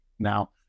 Now